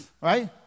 Right